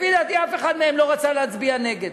לפי דעתי אף אחד מהם לא רצה להצביע נגד.